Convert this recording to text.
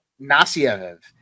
Nasyev